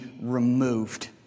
removed